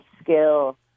skill